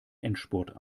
endspurt